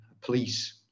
Police